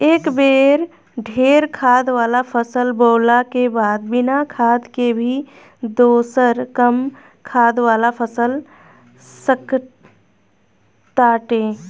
एक बेर ढेर खाद वाला फसल बोअला के बाद बिना खाद के भी दोसर कम खाद वाला फसल हो सकताटे